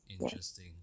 Interesting